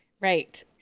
Right